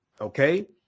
Okay